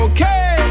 Okay